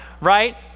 right